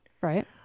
right